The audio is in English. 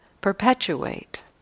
perpetuate